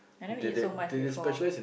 and then we eat so much before